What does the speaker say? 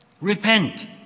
Repent